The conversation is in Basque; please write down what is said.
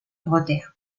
egotea